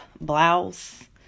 blouse